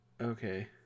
Okay